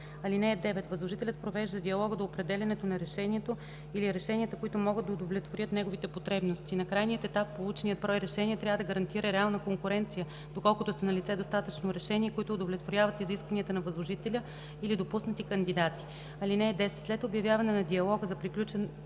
(9) Възложителят провежда диалога до определянето на решението или решенията, които могат да удовлетворят неговите потребности. На крайния етап полученият брой решения трябва да гарантира реална конкуренция, доколкото са налице достатъчно решения, които удовлетворяват изискванията на възложителя или допуснати кандидати. (10) След обявяване на диалога за приключен